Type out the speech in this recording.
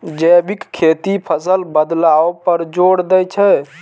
जैविक खेती फसल बदलाव पर जोर दै छै